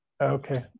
Okay